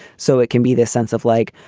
so it can be this sense of like,